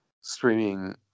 streaming